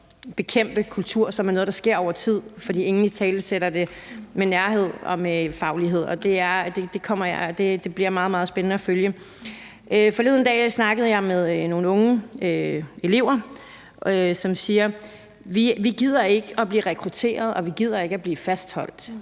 bekæmpe en kultur, som udvikler sig over tid, fordi ingen italesætter det, og det bliver meget, meget spændende at følge. Forleden dag snakkede jeg med nogle unge elever, som sagde: Vi gider ikke at blive rekrutteret, og vi gider ikke at blive fastholdt;